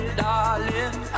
darling